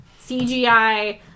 CGI